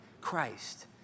Christ